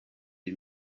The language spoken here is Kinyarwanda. iyi